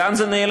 לאן זה נעלם?